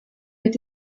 mit